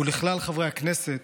ולכלל חברי הכנסת,